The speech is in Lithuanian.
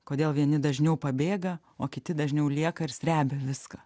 kodėl vieni dažniau pabėga o kiti dažniau lieka ir srebia viską